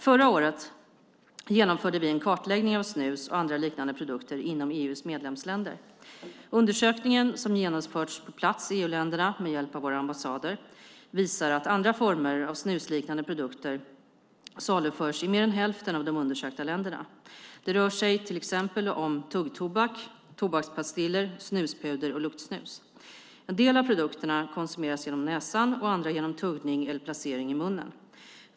Förra året genomförde vi en kartläggning av snus och andra liknande produkter inom EU:s medlemsländer. Undersökningen, som genomförts på plats i EU-länderna med hjälp av våra ambassader, visar att andra former av snusliknande produkter saluförs i mer än hälften av de undersökta länderna. Det rör sig till exempel om tuggtobak, tobakspastiller, snuspuder och luktsnus. En del av produkterna konsumeras genom näsan och andra genom tuggning eller placering i munnen.